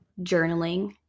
journaling